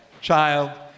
Child